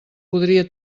podria